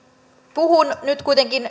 puhun nyt kuitenkin